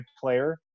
player